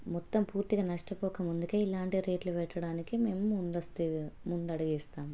మొత్తం పూర్తిగా నష్టపోకముందుకే ఇలాంటి రేట్లు పెట్టడానికి మేము ముందస్తు ముందడుగు వేస్తాము